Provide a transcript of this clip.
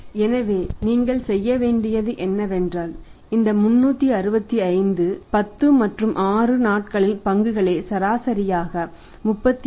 எனவே நீங்கள் செய்ய வேண்டியது என்னவென்றால் இந்த 365 ஐ 10 மற்றும் 6 நாட்களில் பங்குகளை சராசரியாக 36